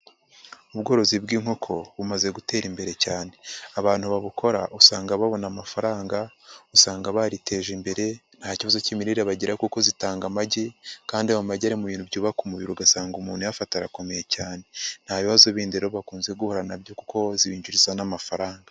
Ubworozi bw'inkoko bumaze gutera imbere cyane, abantu babukora usanga babona amafaranga, usanga bariteje imbere nta kibazo cy'imirire bagira, kuko zitanga amagi, kandi ayo magi ari mu bintu byubaka umubiri, ugasanga umuntu uyafata arakomeye cyane, nta bibazo bindi rero bakunze guhura nabyo, kuko zibinjiriza n'amafaranga.